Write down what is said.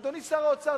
אדוני שר האוצר,